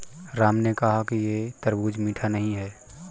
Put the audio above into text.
राम ने कहा कि यह तरबूज़ मीठा नहीं है